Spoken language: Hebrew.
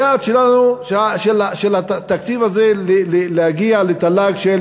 היעד שלנו, של התקציב הזה, להגיע לתל"ג של